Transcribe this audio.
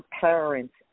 parents